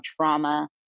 trauma